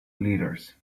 leaders